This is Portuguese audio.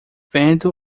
vendo